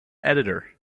editor